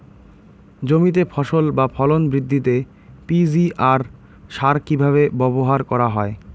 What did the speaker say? জমিতে ফসল বা ফলন বৃদ্ধিতে পি.জি.আর সার কীভাবে ব্যবহার করা হয়?